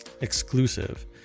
Exclusive